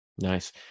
Nice